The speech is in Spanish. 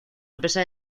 empresa